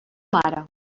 mare